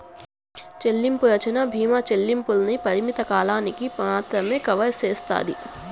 చెల్లింపు రచ్చన బీమా చెల్లింపుల్ని పరిమిత కాలానికి మాత్రమే కవర్ సేస్తాది